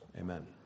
Amen